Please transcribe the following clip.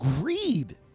greed